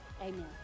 amen